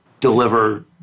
deliver